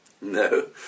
no